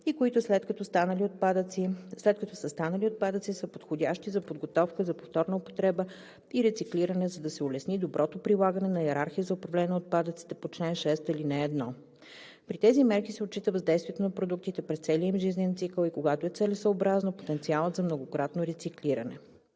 и които, след като са станали отпадъци, са подходящи за подготовка за повторна употреба и рециклиране, за да се улесни доброто прилагане на йерархия за управление на отпадъците по чл. 6, ал. 1. При тези мерки се отчита въздействието на продуктите през целия им жизнен цикъл и когато е целесъобразно, потенциалът за многократно рециклиране.“